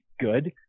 good